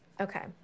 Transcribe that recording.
Okay